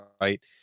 right